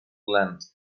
length